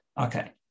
Okay